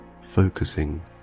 focusing